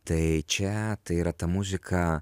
tai čia tai yra ta muzika